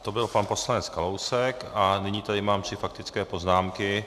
To byl pan poslanec Kalousek a nyní tady mám tři faktické poznámky.